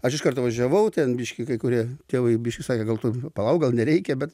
aš iš karto važiavau ten biškį kai kurie tėvai biškį sakė gal tu palauk gal nereikia bet